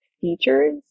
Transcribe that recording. features